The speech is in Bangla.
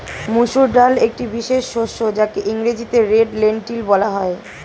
মুসুর ডাল একটি বিশেষ শস্য যাকে ইংরেজিতে রেড লেন্টিল বলা হয়